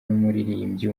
n’umuririmbyi